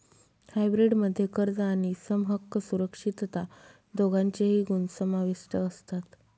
hybrid मध्ये कर्ज आणि समहक्क सुरक्षितता दोघांचेही गुण समाविष्ट असतात